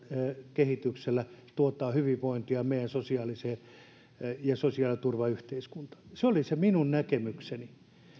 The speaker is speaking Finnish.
kehityksellä tuottaa hyvinvointia meidän sosiaaliseen yhteiskuntaamme ja sosiaaliturvayhteiskuntaamme se oli se minun näkemykseni